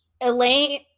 elaine